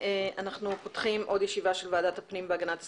אנחנו פותחים עוד ישיבה של ועדת הפנים והגנת הסביבה.